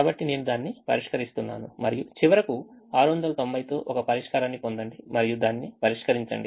కాబట్టి నేను దానిని పరిష్కరిస్తున్నాను మరియు చివరకు 690 తో ఒక పరిష్కారాన్ని పొందండి మరియు దాన్ని పరిష్కరించండి